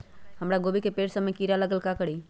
हमरा गोभी के पेड़ सब में किरा लग गेल का करी?